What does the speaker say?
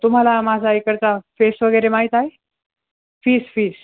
तुम्हाला माझा इकडचा फेस वगैरे माहीत आहे फीस फीस